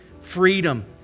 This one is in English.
freedom